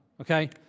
Okay